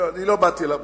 אני לא באתי אליו בטענות.